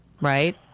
right